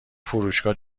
فروشگاه